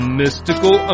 mystical